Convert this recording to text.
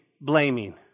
blaming